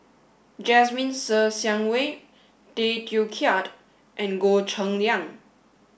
Jasmine Ser Xiang Wei Tay Teow Kiat and Goh Cheng Liang